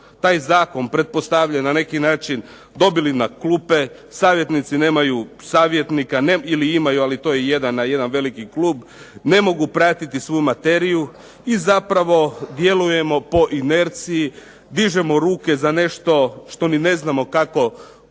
taj Zakon pretpostavljen na neki način dobili na klupe, savjetnici nemaju savjetnika ili imaju to je jedan veliki klub, ne mogu pratiti svu materiju i zapravo djelujemo po inerciji, dižemo ruke za nešto što ne znam kako će